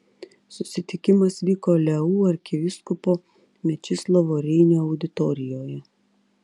susitikimas vyko leu arkivyskupo mečislovo reinio auditorijoje